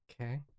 Okay